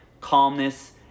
calmness